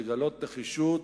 לגלות נחישות